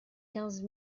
quinze